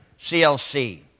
CLC